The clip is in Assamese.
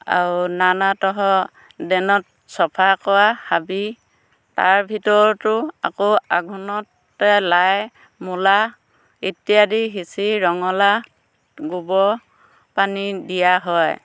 আৰু নানা তৰহৰ ড্ৰেইনত চফা কৰা হাবি তাৰ ভিতৰতো আকৌ আঘোণতে লাই মূলা ইত্যাদি সিঁচি ৰঙলা গোবৰ পানী দিয়া হয়